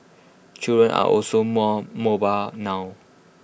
children are also more mobile now